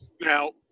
Now